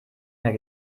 mehr